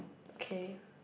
okay